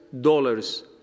dollars